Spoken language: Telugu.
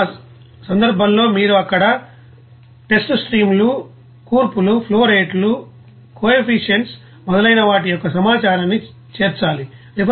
ఆ సందర్భంలో మీరు అక్కడ టెస్ట్ స్ట్రీమ్ లు కూర్పులు ఫ్లోరేట్లుకోఎఫిసిఎంట్స్ మొదలైన వాటి యొక్క సమాచారాన్ని చేర్చాలి